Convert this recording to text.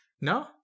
No